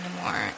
anymore